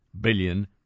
billion